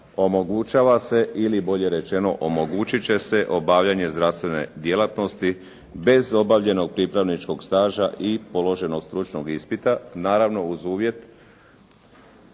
omogućava se ili bolje rečeno omogućiti će se obavljanje zdravstvene djelatnosti bez obavljenog pripravničkog staža i položenog stručnog ispita, naravno uz uvjet